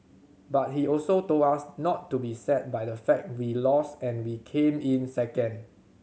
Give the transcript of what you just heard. but he also told us not to be sad by the fact we lost and we came in second